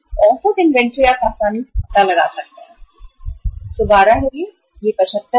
औसत इन्वेंट्री आप आसानी से यह पता लगा सकते हैं कॉलम 112 यह 75 है